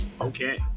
Okay